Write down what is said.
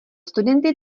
studenty